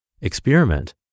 experiment